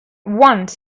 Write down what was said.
once